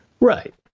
right